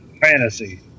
Fantasy